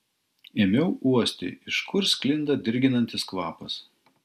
ėmiau uosti iš kur sklinda dirginantis kvapas